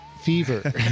fever